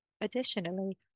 Additionally